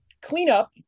cleanup